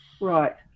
Right